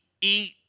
eat